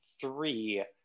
three